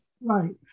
Right